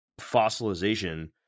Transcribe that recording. fossilization